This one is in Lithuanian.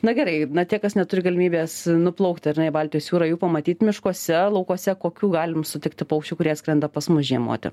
na gerai na tie kas neturi galimybės nuplaukti ar ne baltijos jūrą jų pamatyt miškuose laukuose kokių galim sutikti paukščių kurie atskrenda pas mus žiemoti